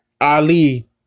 Ali